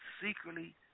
secretly